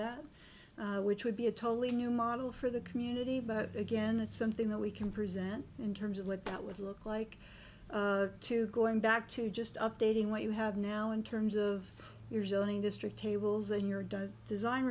that which would be a totally new model for the community but again it's something that we can present in terms of what that would look like to going back to just updating what you have now in terms of your zoning district tables in your does design